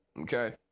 Okay